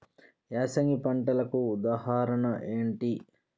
యాసంగి పంటలకు ఉదాహరణ ఏంటి?